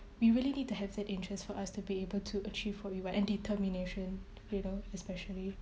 we really need to have that interest for us to be able to achieve what we want and determination you know especially